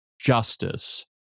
justice